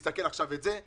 תסכל עכשיו על זה,